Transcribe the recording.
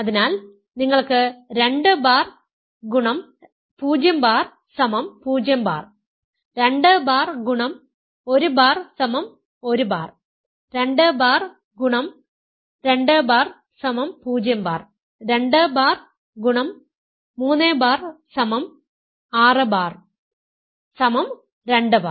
അതിനാൽ നിങ്ങൾക്ക് 2 bar x 0 ബാർ0 ബാർ 2 ബാർ x 1 ബാർ1 bar 2 bar x 2 bar 0 bar 2 bar x 3 bar 6 bar 2 bar